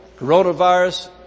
coronavirus